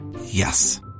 Yes